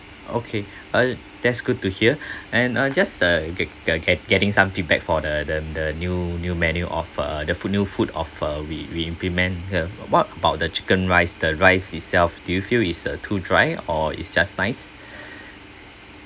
okay uh that's good to hear and uh just uh get uh get getting some feedback for the the the new new menu of uh the food new food of uh we we implement here what about the chicken rice the rice itself do you feel it's uh too dry or it's just nice